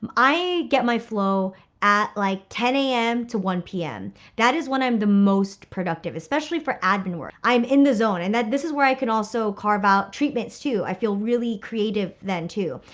um i get my flow at like ten am to one pm that is when i'm the most productive especially for admin work. i'm in the zone and that this is where i can also carve out treatments too i feel really creative then too.